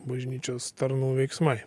bažnyčios tarnų veiksmai